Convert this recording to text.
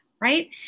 right